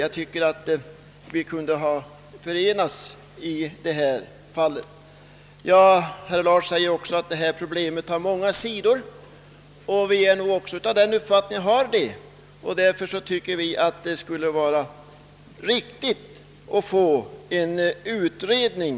Jag tycker att vi i detta fall kunde ha enats. Han säger också att detta problem har många sidor och visst har det det. Men därför tycker vi det skulle vara befogat med en utredning.